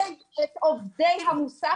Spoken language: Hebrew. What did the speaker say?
הסעיף הזה לא נועד להסדיר את עובדי המוסך,